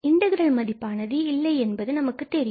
integral மதிப்பானது இல்லை என்பது நமக்குத் தெரியும்